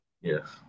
Yes